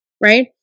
right